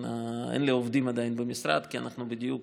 אין לי עדיין עובדים במשרד כי אנחנו בדיוק